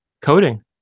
coding